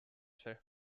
her